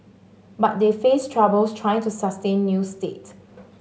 but they face troubles trying to sustain new state